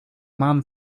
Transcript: man